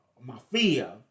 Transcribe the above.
mafia